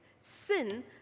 sin